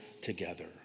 together